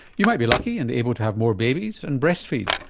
you might be lucky and able to have more babies and breast feed,